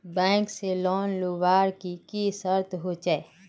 Bank से loan लुबार की की शर्त होचए?